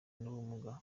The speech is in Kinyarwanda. n’ubumuga